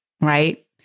right